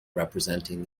representing